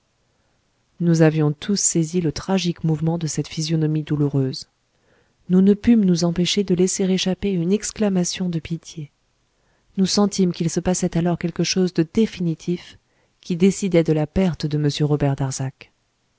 nous avions tous saisi le tragique mouvement de cette physionomie douloureuse nous ne pûmes nous empêcher de laisser échapper une exclamation de pitié nous sentîmes qu'il se passait alors quelque chose de définitif qui décidait de la perte de m robert darzac